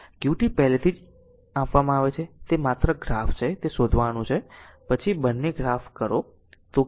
Qt પહેલેથી જ આપવામાં આવે છે તે માત્ર ગ્રાફ છે તે શોધવાનું છે પછી બંને ગ્રાફ કરો